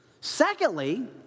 Secondly